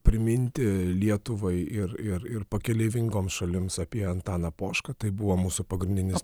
priminti lietuvai ir ir ir pakeleivingoms šalims apie antaną pošką tai buvo mūsų pagrindinis